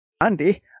andy